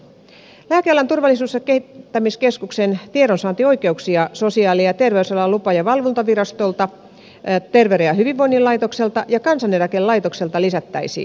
lääkealan turvallisuus ja kehittämiskeskuksen tiedonsaantioikeuksia sosiaali ja terveysalan lupa ja valvontavirastolta terveyden ja hyvinvoinnin laitokselta ja kansaneläkelaitokselta lisättäisiin